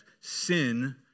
sin